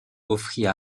offrit